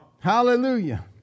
Hallelujah